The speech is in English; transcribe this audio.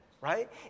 right